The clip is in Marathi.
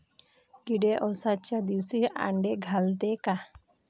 किडे अवसच्या दिवशी आंडे घालते का?